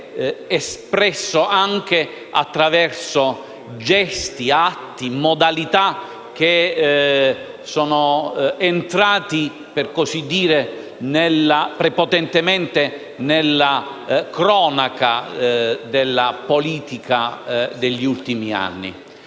espressa anche attraverso gesti, atti e modalità che sono entrati - per così dire - prepotentemente nella cronaca della politica degli ultimi anni.